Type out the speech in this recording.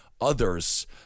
others